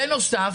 בנוסף,